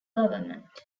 government